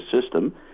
system